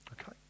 Okay